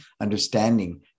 understanding